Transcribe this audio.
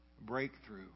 breakthrough